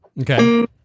Okay